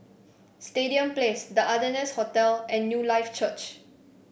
Stadium Place The Ardennes Hotel and Newlife Church